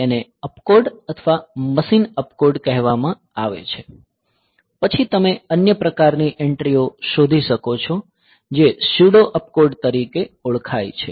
તેને ઓપકોડ અથવા machine opcode કહેવામાં આવે છે પછી તમે અન્ય પ્રકારની એન્ટ્રીઓ શોધી શકો છો જે સ્યુડો અપકોડ્સ તરીકે ઓળખાય છે